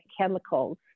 chemicals